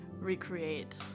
recreate